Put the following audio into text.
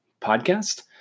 podcast